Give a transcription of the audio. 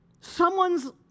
Someone's